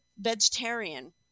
vegetarian